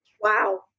Wow